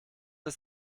ist